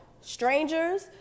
strangers